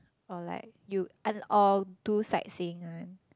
or like you and or do sightseeing one